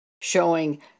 showing